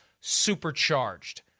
supercharged